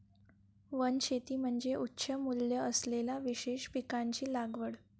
वनशेती म्हणजे उच्च मूल्य असलेल्या विशेष पिकांची लागवड